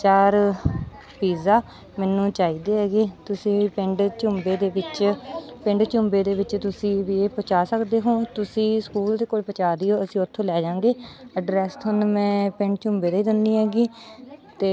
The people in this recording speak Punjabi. ਚਾਰ ਪੀਜ਼ਾ ਮੈਨੂੰ ਚਾਹੀਦੇ ਹੈਗੇ ਤੁਸੀਂ ਪਿੰਡ ਝੁੰਬੇ ਦੇ ਵਿੱਚ ਪਿੰਡ ਝੁੰਬੇ ਦੇ ਵਿੱਚ ਤੁਸੀਂ ਵੀ ਇਹ ਪਹੁੰਚਾ ਸਕਦੇ ਹੋ ਤੁਸੀਂ ਸਕੂਲ ਦੇ ਕੋਲ ਪਹੁੰਚਾ ਦਿਓ ਅਸੀਂ ਉੱਥੋਂ ਲੈ ਜਾਵਾਂਗੇ ਐਡਰੈਸ ਤੁਹਾਨੂੰ ਮੈਂ ਪਿੰਡ ਝੁੰਬੇ ਦਾ ਦਿੰਦੀ ਹੈਗੀ ਅਤੇ